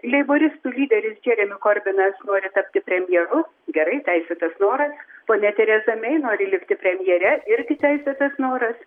leiboristų lyderis džeremi korbinas nori tapti premjeru gerai teisėtas noras ponia tereza mei nori likti premjere irgi teisėtas noras